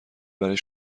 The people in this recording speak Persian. برای